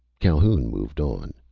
calhoun moved on.